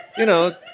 you know,